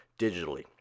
digitally